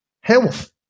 health